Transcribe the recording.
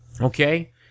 Okay